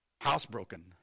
housebroken